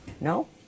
No